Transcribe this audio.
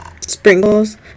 Sprinkles